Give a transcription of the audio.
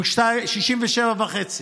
הם ב-67.5%,